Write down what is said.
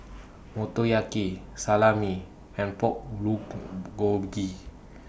Motoyaki Salami and Pork Blue Bulgogi